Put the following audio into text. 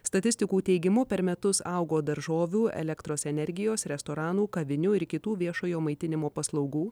statistikų teigimu per metus augo daržovių elektros energijos restoranų kavinių ir kitų viešojo maitinimo paslaugų